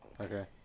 Okay